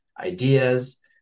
ideas